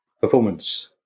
performance